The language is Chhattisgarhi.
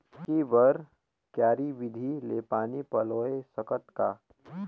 लौकी बर क्यारी विधि ले पानी पलोय सकत का?